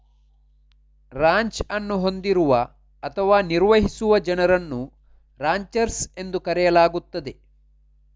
ranch ಅನ್ನು ಹೊಂದಿರುವ ಅಥವಾ ನಿರ್ವಹಿಸುವ ಜನರನ್ನು ರಾಂಚರ್ಸ್ ಎಂದು ಕರೆಯಲಾಗುತ್ತದೆ